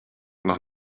noch